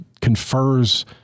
confers